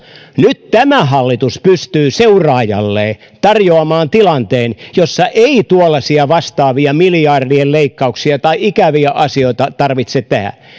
nyt tämä hallitus pystyy seuraajalleen tarjoamaan tilanteen jossa ei tuollaisia vastaavia miljardien leikkauksia tai ikäviä asioita tarvitse tehdä